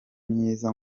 myiza